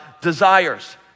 desires